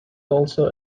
also